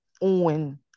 on